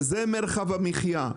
וזה מרחב המחיה.